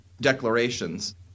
declarations